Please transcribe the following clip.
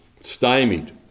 stymied